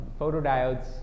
Photodiodes